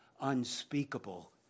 unspeakable